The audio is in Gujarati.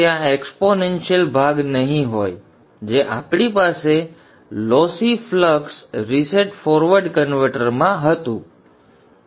ત્યાં એક્સપોનેન્શિયલ ભાગ નહીં હોય જે આપણે લોસી ફ્લક્સ રીસેટ ફોરવર્ડ કન્વર્ટરમાં અવલોકન કર્યું છે